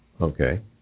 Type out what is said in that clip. Okay